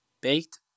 Baked